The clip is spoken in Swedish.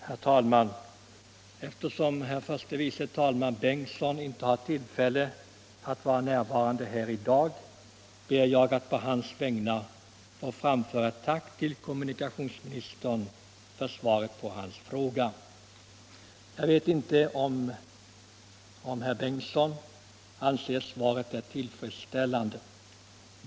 Herr talman! Eftersom herr förste vice talmannen Bengtson inte har tillfälle att vara närvarande här i dag, ber jag att å hans vägnar få framföra ett tack till kommunikationsministern för svaret på hans fråga. Jag vet inte om herr Bengtson anser att svaret är tillfredsställande.